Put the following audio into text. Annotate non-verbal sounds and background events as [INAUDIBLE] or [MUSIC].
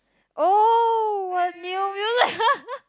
oh what new [LAUGHS]